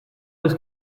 des